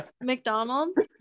McDonald's